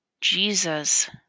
Jesus